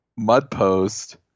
Mudpost